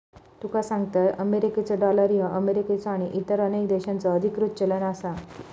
तुका सांगतंय, मेरिकेचो डॉलर ह्यो अमेरिकेचो आणि इतर अनेक देशांचो अधिकृत चलन आसा